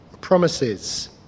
promises